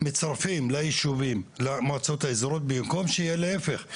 מצרפים למועצות האזוריות במקום שיהיה להיפך,